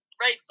Right